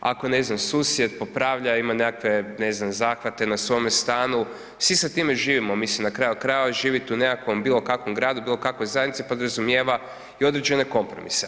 Ako ne znam susjed popravlja, ima nekakve ne znam, zahvate na svome stanu, svi sa time živimo na kraju krajeva, živjet u nekakvom bilo kakvom gradu, bilo kakvoj zajednici, podrazumijeva i određene kompromise.